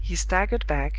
he staggered back,